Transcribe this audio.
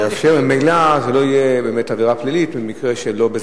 לאפשר ממילא שלא תהיה באמת עבירה פלילית,